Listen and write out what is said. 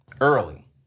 early